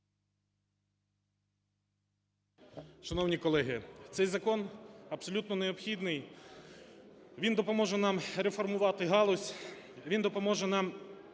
Шановні колеги! Цей закон абсолютно необхідний, він допоможе нам реформувати галузь, він допоможе нам